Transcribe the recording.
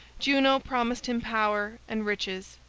juno promised him power and riches,